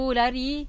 lari